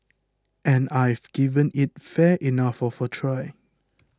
and I've given it fair enough of a try